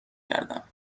کردم